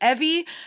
Evie